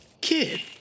kid